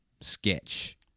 sketch